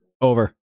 Over